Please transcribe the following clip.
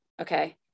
okay